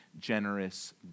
generous